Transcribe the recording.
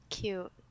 cute